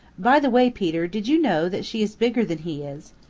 by the way, peter, did you know that she is bigger than he is,